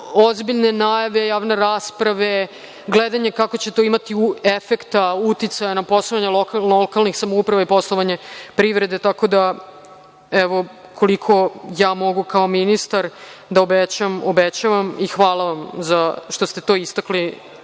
ozbiljne najave, javne rasprave, gledanje kakvog će to imati efekta, uticaja na poslovanje lokalnih samouprava i poslovanje privrede. Evo, koliko mogu ja kao ministar da obećam, obećavam i hvala vam što ste to istakli,